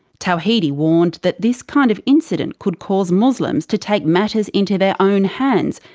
tawhidi warned that this kind of incident could cause muslims to take matters into their own hands,